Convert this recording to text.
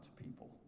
people